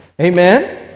Amen